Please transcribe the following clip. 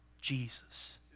Jesus